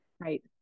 right